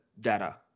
data